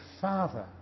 father